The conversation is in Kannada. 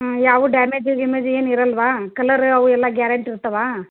ಹ್ಞೂ ಯಾವ ಡ್ಯಾಮೇಜು ಗೀಮೆಜ್ ಏನು ಇರಲ್ಲವಾ ಕಲರ್ ಅವು ಎಲ್ಲ ಗ್ಯಾರಂಟಿ ಇರ್ತವಾ